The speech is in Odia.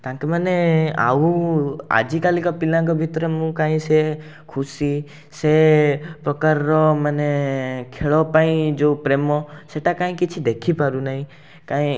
ତାଙ୍କମାନେ ଆଉ ଆଜିକାଲିକା ପିଲାଙ୍କ ଭିତରେ ମୁଁ କାଇଁ ସେ ଖୁସି ସେ ପ୍ରକାରର ମାନେ ଖେଳପାଇଁ ଯେଉଁ ପ୍ରେମ ସେଇଟା କାଇଁ କିଛି ଦେଖିପାରୁନାହିଁ କାଇଁ